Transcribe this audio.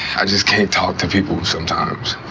i just can't talk to people sometimes.